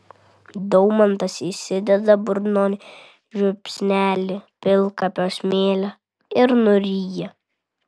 daumantas įsideda burnon žiupsnelį pilkapio smėlio ir nuryja